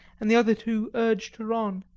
and the other two urged her on.